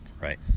right